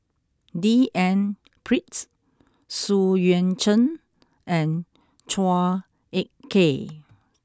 D N Pritt Xu Yuan Zhen and Chua Ek Kay